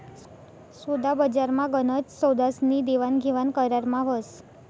सोदाबजारमा गनच सौदास्नी देवाणघेवाण करारमा व्हस